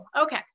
okay